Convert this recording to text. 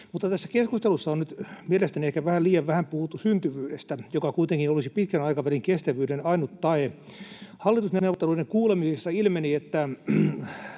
tässä keskustelussa on nyt mielestäni ehkä vähän liian vähän puhuttu syntyvyydestä, joka kuitenkin olisi pitkän aikavälin kestävyyden ainut tae. Hallitusneuvotteluiden kuulemisissa ilmeni, että